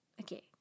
okay